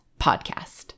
podcast